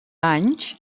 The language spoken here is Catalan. anys